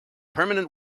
permanent